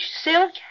silk